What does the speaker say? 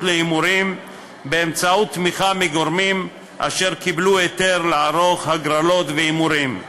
להימורים באמצעות תמיכה מגורמים אשר קיבלו היתר לערוך הגרלות והימורים.